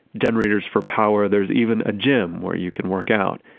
generators for power. there's even a gym where you can work out.